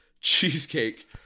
Cheesecake